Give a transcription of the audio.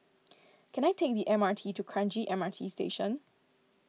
can I take the M R T to Kranji M R T Station